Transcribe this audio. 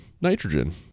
nitrogen